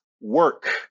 work